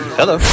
Hello